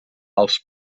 als